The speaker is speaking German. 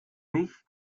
mich